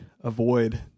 avoid